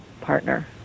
partner